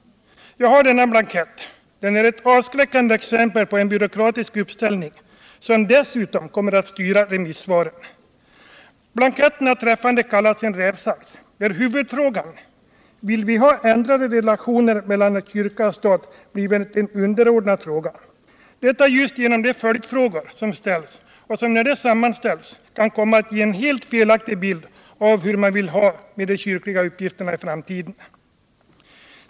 Jag har denna blankett. Den är ett skrämmande exempel på en byråkratisk uppställning, som dessutom kommer att styra remissvaren. Blanketten har träffande kallats en rävsax, där huvudfrågan — om vi vill ha ändrade relationer mellan kyrka och stat — blivit en underordnad fråga. Detta har skett genom de följdfrågor som framförts och som, när de sammanställs, kan komma att ge en helt felaktig bild av hur man vill ha de kyrkliga uppgifterna lösta i framtiden.